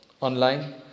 online